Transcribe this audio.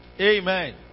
Amen